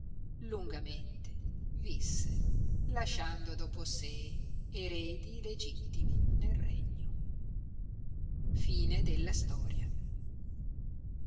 lungamente visse lasciando dopo sé eredi legittimi nel regno